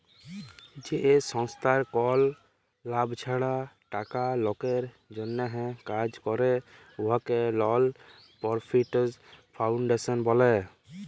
যে সংস্থার কল লাভ ছাড়া টাকা লকের জ্যনহে কাজ ক্যরে উয়াকে লল পরফিট ফাউল্ডেশল ব্যলে